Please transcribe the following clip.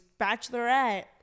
bachelorette